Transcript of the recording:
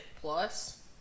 Plus